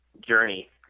journey